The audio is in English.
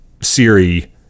Siri